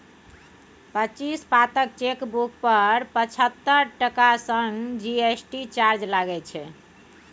पच्चीस पातक चेकबुक पर पचहत्तर टका संग जी.एस.टी चार्ज लागय छै